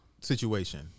situation